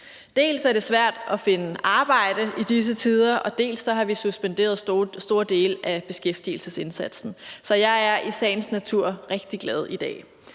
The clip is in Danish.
Dels er det svært at finde arbejde i disse tider, dels har vi suspenderet store dele af beskæftigelsesindsatsen. Så jeg er i sagens natur rigtig glad i dag.